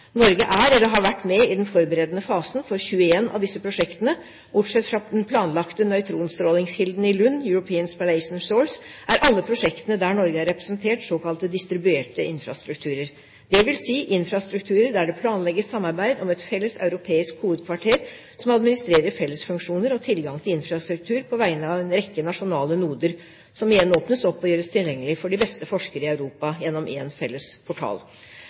Norge er eller har vært med i den forberedende fasen for 21 av disse prosjektene. Bortsett fra den planlagte nøytronstrålingskilden i Lund, European Spallation Source, er alle prosjektene der Norge er representert, såkalte distribuerte infrastrukturer, dvs. infrastrukturer der det planlegges samarbeid om et felles europeisk hovedkvarter som administrerer fellesfunksjoner og tilgang til infrastruktur på vegne av en rekke nasjonale noder som igjen åpnes opp og gjøres tilgjengelige for de beste forskerne i Europa gjennom én felles portal.